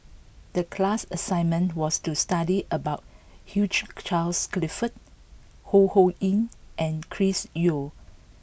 the class assignment was to study about Hugh Charles Clifford Ho Ho Ying and Chris Yeo